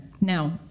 Now